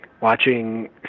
Watching